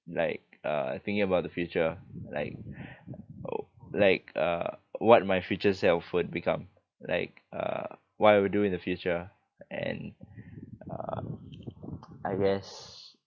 like uh thinking about the future like oh like uh what my future self would become like uh what I would do in the future and uh I guess